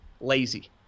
lazy